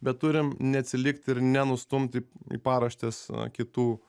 bet turim neatsilikti ir nenustumti į paraštes kitų